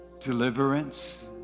deliverance